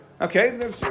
Okay